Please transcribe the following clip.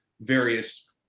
various